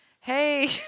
hey